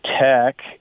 Tech